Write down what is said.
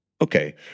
Okay